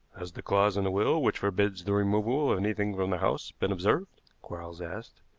has the clause in the will which forbids the removal of anything from the house been observed? quarles asked.